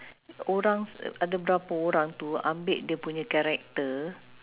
orang ada berapa orang tu ambil dia punya character